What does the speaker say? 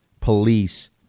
police